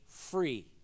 free